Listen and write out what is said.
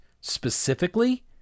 specifically